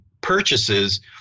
purchases